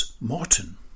Martin